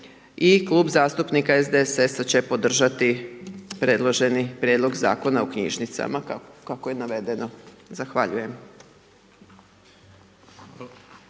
I Klub zastupnika SDSS-a će podržati predloženi prijedlog Zakona o knjižnicama, kako je navedeno. Zahvaljujem.